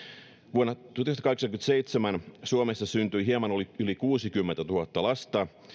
vuonna tuhatyhdeksänsataakahdeksankymmentäseitsemän suomessa syntyi hieman yli kuusikymmentätuhatta lasta